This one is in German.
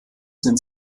sind